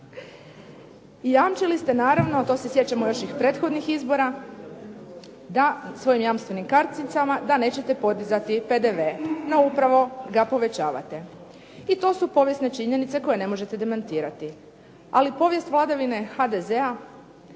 jamčili ste naravno, to se sjećamo još iz prethodnih izbora, da svojim jamstvenim karticama da nećete podizati PDV. No upravo ga povećavate. I to su povijesne činjenice koje ne možete demantirati. Ali povijest vladavine HDZ-a